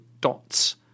dots